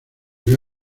vio